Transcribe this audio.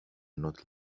not